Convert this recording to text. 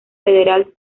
federal